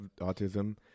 autism